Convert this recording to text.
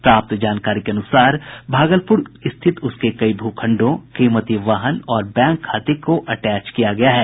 प्राप्त जानकारी के अनुसार भागलपुर स्थित उसके कई भू खंडों कीमती वाहन और बैंक खाते को अटैच किया गया है